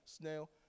snail